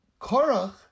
Korach